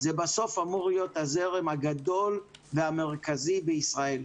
זה בסוף אמור להיות הזרם הגדול והמרכזי בישראל,